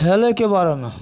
हेलैके बारेमे